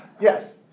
Yes